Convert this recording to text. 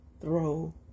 throw